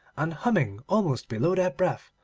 and humming, almost below their breath,